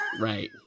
Right